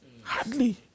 Hardly